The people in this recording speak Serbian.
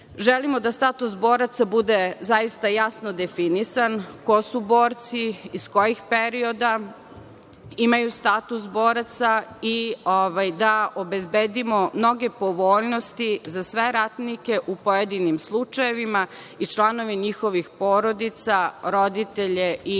da status boraca bude zaista jasno definisan, ko su borci, iz kojih perioda imaju status boraca i da obezbedimo mnoge povoljnosti za sve ratnike u pojedinim slučajevima i članove njihovih porodica, roditelje i